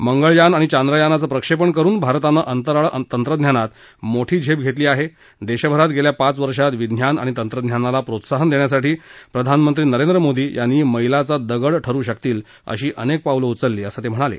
मंगळयान आणि चांद्रयानाचं प्रक्षेपण करुन भारतानं अंतराळ तंत्रज्ञानात मोठी झेप घेतली आहे देशभरात गेल्या पाच वर्षात विज्ञान आणि तंत्रज्ञानाला प्रोत्साहन देण्यासाठी प्रधानमंत्री नरेंद्र मोदी यांनी मैलाचा दगड ठरू शकतील अशी अनेक पावलं उचलली आहेत असं ते म्हणाले